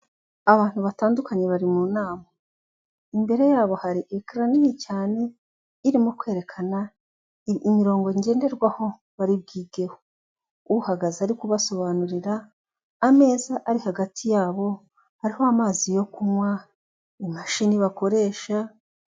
Abantu batandukanye bari mu nama, imbere yabo hari ekara nini cyane irimo kwerekana imirongo ngenderwaho bari bwigeho. Uhagaze ari kubasobanurira, ameza ari hagati yabo hariho amazi yo kunywa, imashini bakoresha